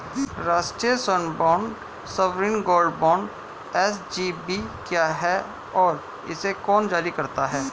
राष्ट्रिक स्वर्ण bond sovereign gold bond SGB क्या है और इसे कौन जारी करता है?